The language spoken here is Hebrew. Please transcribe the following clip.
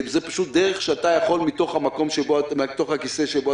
זו פשוט דרך שאתה יכול מתוך הכיסא שבו